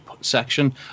section